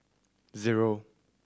zero